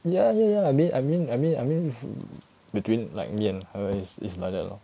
ya ya ya I mean I mean I mean I mean between like me and her is is like that lor